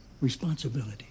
responsibility